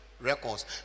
records